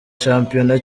shampiyona